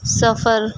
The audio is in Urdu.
سفر